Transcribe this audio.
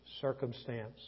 Circumstance